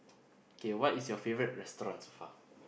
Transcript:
okay what is your favourite restaurant so far